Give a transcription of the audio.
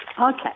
Okay